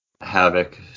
Havoc